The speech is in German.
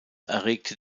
erregte